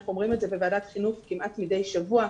אנחנו אומרים את זה בוועדת חינוך כמעט מדי שבוע.